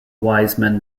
wiseman